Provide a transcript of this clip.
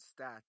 stats